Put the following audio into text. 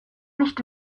nicht